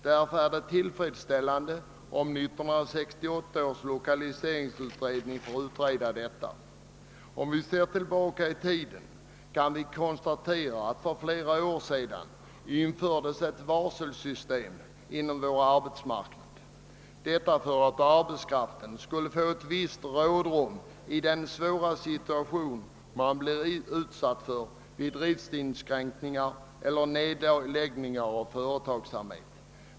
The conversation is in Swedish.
Därför vore det tillfredsställande om 1968 års lokaliseringsutredning finge utreda detta. Om vi ser tillbaka i tiden kan vi konstatera att för flera år sedan infördes «ett varselsystem inom vår arbetsmarknad för att arbetskraften skulle få ett visst rådrum i den svåra situation den blir utsatt för vid driftinskränkningar eller nedläggning av företag.